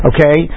Okay